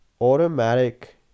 Automatic